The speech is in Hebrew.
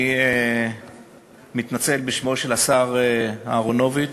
אני מתנצל בשמו של השר אהרונוביץ,